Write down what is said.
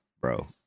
bro